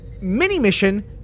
mini-mission